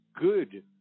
good